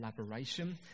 collaboration